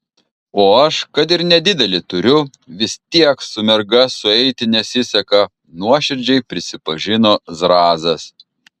o aš kad ir nedidelį turiu vis tiek su merga sueiti nesiseka nuoširdžiai prisipažino zrazas